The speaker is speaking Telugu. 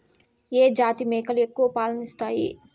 ఏ జాతి మేకలు ఎక్కువ పాలను ఇస్తాయి?